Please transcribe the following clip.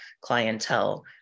clientele